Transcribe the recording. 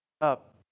up